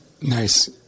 Nice